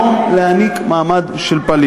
כאשר השתכנעתי שיש בה מקום להעניק מעמד של פליט.